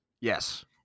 Yes